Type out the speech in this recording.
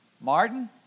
Martin